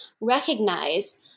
recognize